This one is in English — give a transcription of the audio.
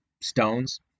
stones